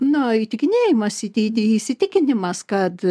na įtikinėjimas į į įsitikinimas kad